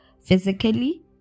physically